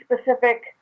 specific